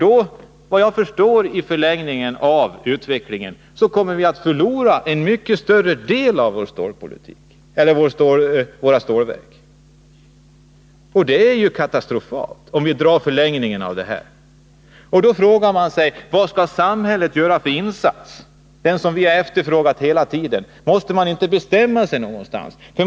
Såvitt jag förstår betyder det att vi i förlängningen kommer att förlora en mycket större del av våra stålverk, och det är ju katastrofalt. Vi har frågat oss vilka åtgärder samhället bör vidta i ett sådant läge. Måste man inte bestämma sig för någonting?